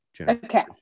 Okay